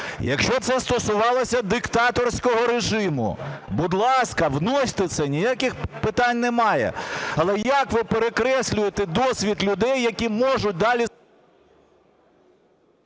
якщо це стосувалося диктаторського режиму, будь ласка, вносьте це, ніяких питань немає. Але як ви перекреслюєте досвід людей, які можуть далі…